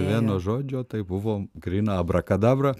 vienu žodžiu tai buvo gryna abrakadabra